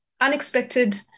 unexpected